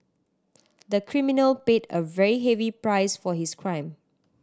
the criminal paid a very heavy price for his crime